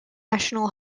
national